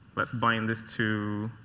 let's bind this to